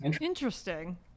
Interesting